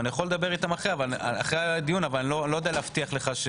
אני יכול לדבר איתם אחרי הדיון אבל אניי לא יודע להבטיח לך.